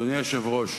אדוני היושב-ראש,